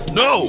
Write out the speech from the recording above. no